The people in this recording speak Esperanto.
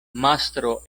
mastro